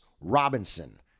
Robinson